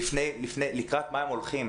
לקראת מה הם הולכים.